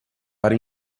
para